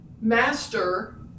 master